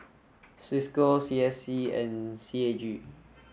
Cisco C S C and C A G